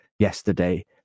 yesterday